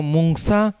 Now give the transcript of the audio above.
Mungsa